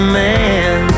man